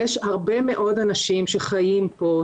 יש הרבה מאוד אנשים שחיים פה,